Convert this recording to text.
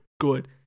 good